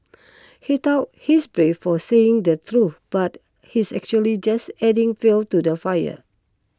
he thought he's brave for saying the truth but he's actually just adding fuel to the fire